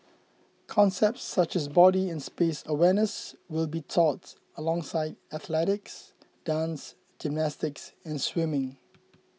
concepts such as body and space awareness will be taught alongside athletics dance gymnastics and swimming